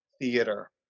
theater